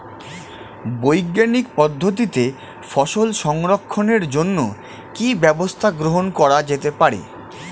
বৈজ্ঞানিক পদ্ধতিতে ফসল সংরক্ষণের জন্য কি ব্যবস্থা গ্রহণ করা যেতে পারে?